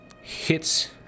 hits